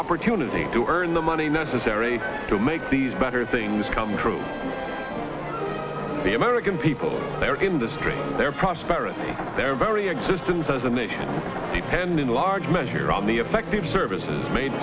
opportunity to earn the money necessary to make these better things come true for the american people their industry their prosperity their very existence as a nation depend in large measure on the effective services made